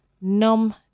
num